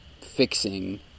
Fixing